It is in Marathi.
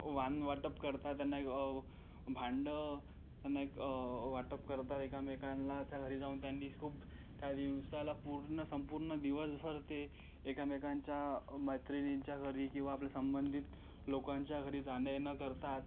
वाण वाटप करतात त्यांना एक भांडं त्यांना एक वाटप करतात एकमेकांला च्या घरी जाऊन त्यांनी खूप त्या दिवसाला पूर्ण संपूर्ण दिवसभर ते एकमेकांच्या मैत्रिणींच्या घरी किंवा आपले संबंधित लोकांच्या घरी जाणं येणं करतात